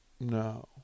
No